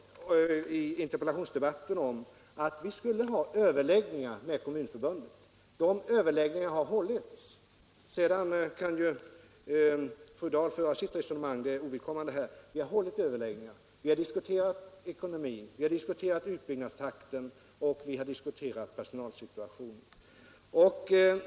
I interpellationsdebatten talade jag om att vi skulle ha överläggningar med Kommunförbundet. De överläggningarna har hållits. Sedan kan fru Dahl föra sitt resonemang, men det är ovidkommande här. Vi har hållit överläggningar, där vi har diskuterat ekonomin, utbyggnadstakten och personalsituationen.